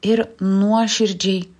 ir nuoširdžiai